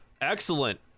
excellent